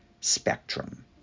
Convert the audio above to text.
spectrum